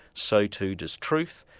so too does truth,